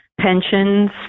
pensions